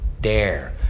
dare